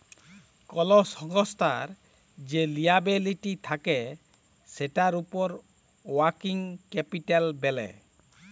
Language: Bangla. কল সংস্থার যে লিয়াবিলিটি থাক্যে সেটার উপর ওয়ার্কিং ক্যাপিটাল ব্যলে